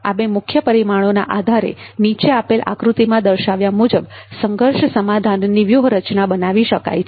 આ બે મુખ્ય પરિમાણોના આધારે નીચે આપેલા આકૃતિમાં દર્શાવ્યા મુજબ સંઘર્ષ સમાધાનની વ્યૂહરચના બનાવી શકાય છે